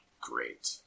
great